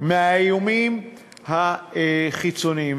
מהאיומים החיצוניים.